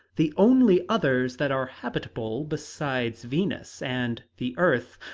the only others that are habitable besides venus and the earth,